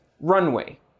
Runway